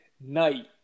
night